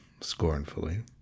scornfully